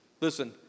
listen